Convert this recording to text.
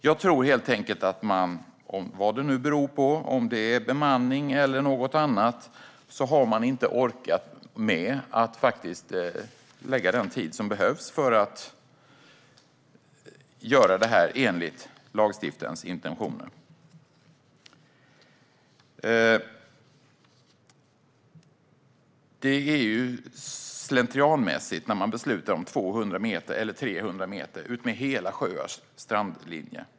Jag tror helt enkelt att man - vad det nu beror på, bemanning eller något annat - inte har orkat lägga ned den tid som behövs för att göra detta enligt lagstiftarens intentioner. Det beslutas slentrianmässigt om 200 eller 300 meter utmed hela sjöars strandlinjer.